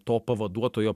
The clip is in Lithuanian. to pavaduotojo